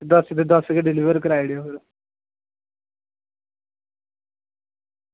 दस्स दे दस्स गै डिलीवर कराई ओड़ेओ फिर